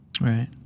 Right